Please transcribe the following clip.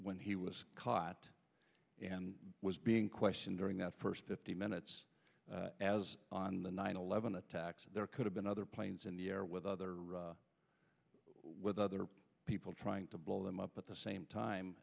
when he was caught and was being questioned during that first fifty minutes as on the nine eleven attacks there could have been other planes in the air with other with other people trying to blow them up at the same time